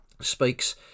speaks